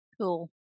Cool